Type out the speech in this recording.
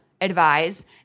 advise